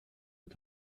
mit